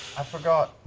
i forgot.